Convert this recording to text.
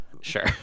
sure